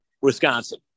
Wisconsin